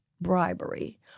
bribery